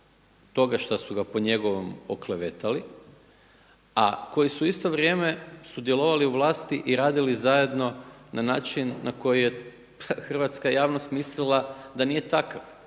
toga što su ga po njegovom oklevetali, a koji su isto vrijeme sudjelovali u vlasti i radili zajedno na način na koji je hrvatska javnost mislila da nije takav.